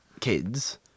kids